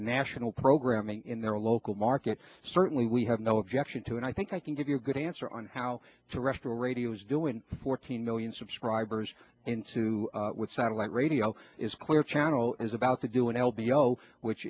national programming in their local market certainly we have no objection to and i think i can give you a good answer on how to rush the radio was doing fourteen million subscribers in two satellite radio is clear channel is about to do an l b o which